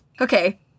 okay